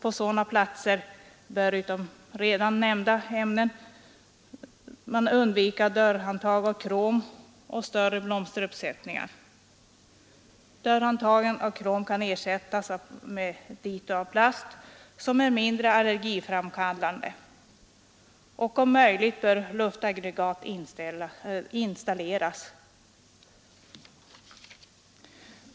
På sådana platser bör man, förutom redan nämnda ämnen, undvika dörrhandtag av krom och större blomsteruppsättningar. Dörrhandtagen av krom kan ersättas med dito av plast, som är mindre allergiframkallande. Om möjligt bör luftreningsaggregat installeras.